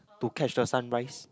to catch the sunrise